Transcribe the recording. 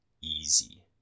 easy